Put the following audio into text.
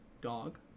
dog